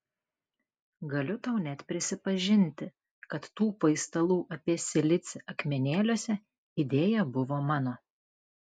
galiu tau net prisipažinti kad tų paistalų apie silicį akmenėliuose idėja buvo mano